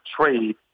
trade